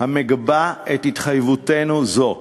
המגבה את התחייבותנו זו.